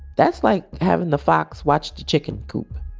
that's like having the fox watch the chicken coop